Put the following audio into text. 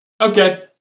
Okay